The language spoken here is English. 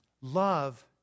love